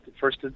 first